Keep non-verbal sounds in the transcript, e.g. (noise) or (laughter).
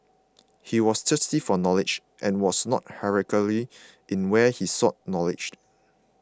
he was thirsty for knowledge and was not (unintelligible) in where he sought knowledge